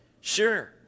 Sure